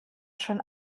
schon